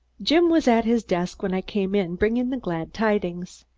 jim was at his desk when i came in bringing the glad tidings.